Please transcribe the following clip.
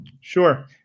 Sure